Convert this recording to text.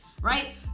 right